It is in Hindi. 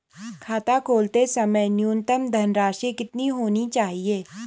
खाता खोलते समय न्यूनतम धनराशि कितनी होनी चाहिए?